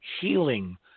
healing